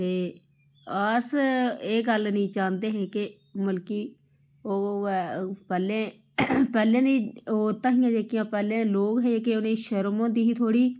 ते अस एह् गल्ल नी चांह्दे हे कि बल्कि ओह् होऐ पैह्ले पैह्ले बी ओह् ताइयें जेह्के पैह्ले लोक हे जेह्के उ'नेंगी शर्म होंदी ही थोह्ड़ी